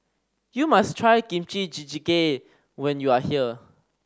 you must try Kimchi Jjigae when you are here